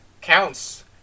counts